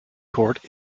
court